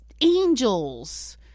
angels